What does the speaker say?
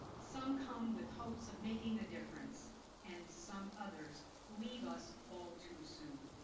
some come with hopes of making a difference and some others leave us all too soon.